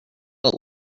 but